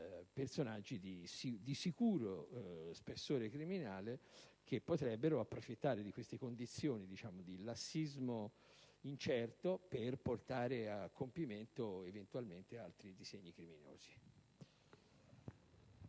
personaggi di sicuro spessore criminale, che potrebbero approfittare di queste condizioni di lassismo per portare a compimento altri disegni criminosi.